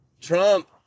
Trump